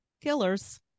killers